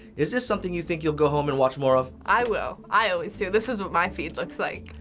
is this something you think you'll go home and watch more of? i will. i always do. this is what my feed looks like.